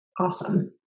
awesome